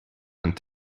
and